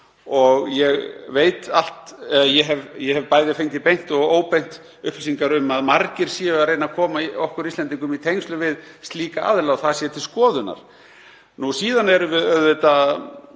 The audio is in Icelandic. Evrópusambandið. Ég hef bæði fengið beint og óbeint upplýsingar um að margir séu að reyna að koma okkur Íslendingum í tengsl við slíka aðila og það sé til skoðunar. Síðan erum við auðvitað